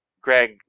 Greg